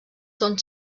són